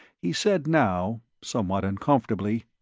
he said now, somewhat uncomfortably,